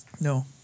No